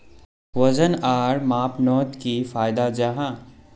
वजन आर मापनोत की फायदा जाहा?